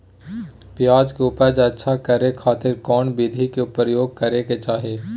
प्याज के उपज अच्छा करे खातिर कौन विधि के प्रयोग करे के चाही?